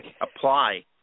apply